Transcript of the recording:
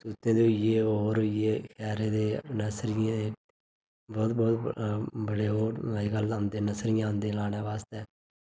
तूतें दे होई गे होर होई गे खैरे दे नर्सरियें दे बहुत बड़े बड़े होर नर्सरियें दे औंदे लाने बास्तै